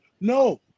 No